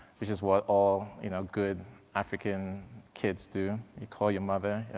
which is what all, you know, good african kids do. you call your mother, and